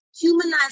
humanize